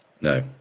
No